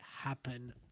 happen